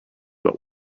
but